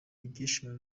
ibyishimo